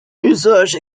usage